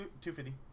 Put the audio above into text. Two-fifty